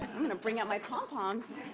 i'm gonna bring out my pom poms.